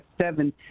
seven